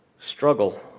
struggle